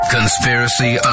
Conspiracy